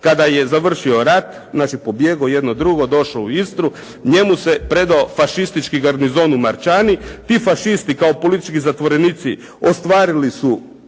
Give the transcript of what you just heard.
Kada je završio rat, znači pobjegao, jedno-drugo, došao u Istru, njemu se predao fašistički garnizon u Marčani, ti fašisti kao politički zatvorenici ostvarili su